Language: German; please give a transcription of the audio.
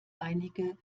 einige